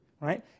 right